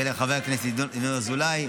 ולחבר הכנסת ינון אזולאי,